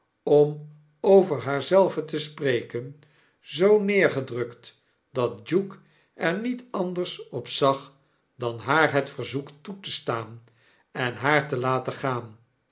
om over haar zelve te spreken zoo neergedrukt dat duke er niet anders op zag dan haar het verzoek toe te staan en haartelaten gaan